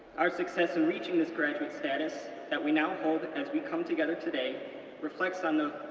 our success in reaching this graduate status that we now hold as we come together today reflects on the